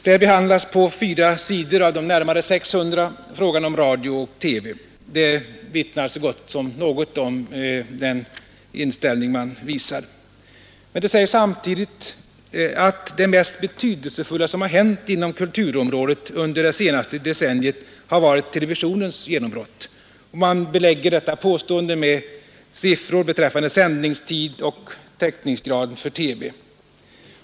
Där behandlas på fyra sidor av närmare 600 frågan om radio och TV. Detta vittnar så gott som något om den inställning som man har. Men det sägs samtidigt att det mest betydelsefulla som har hänt inom kulturområdet under det senaste decenniet har varit televisionens genombrott. Man belägger detta påstående med siffror beträffande Nr 131 sändningstid och täckningsgraden för TV.